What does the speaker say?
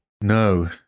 no